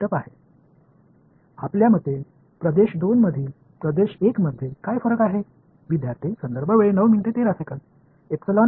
உங்கள் கருத்தின்படி பகுதி 1 இலிருந்து பகுதி 2 ஐ வேறுபடுத்துவது எது